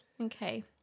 Okay